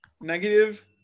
Negative